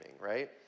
right